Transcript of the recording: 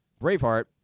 Braveheart